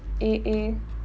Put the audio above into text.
A_A